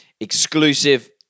exclusive